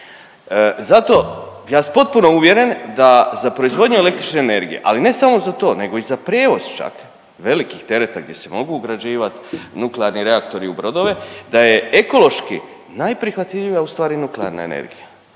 Zato ja sam potpuno uvjeren da za proizvodnju električne energije, ali ne samo za to nego i za prijevoz čak, velikih tereta gdje se mogu ugrađivati nuklearni reaktori u brodove, da je ekološki najprihvatljivija ustvari nuklearna energija,